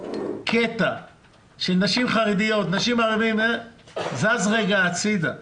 הקטע של נשים חרדיות וערביות זז הצדה.